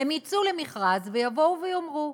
הן יצאו למכרז ויבואו ויאמרו: